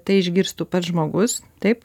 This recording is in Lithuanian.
tai išgirstų pats žmogus taip